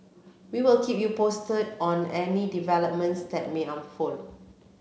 we'll keep you posted on any developments that may unfold